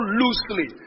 loosely